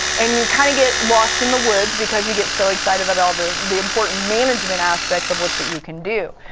and you kind of get lost in the woods because you get so excited about all the the important management aspects of which that you can do.